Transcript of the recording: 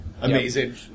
Amazing